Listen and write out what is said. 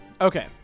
Okay